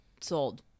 Sold